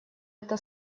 это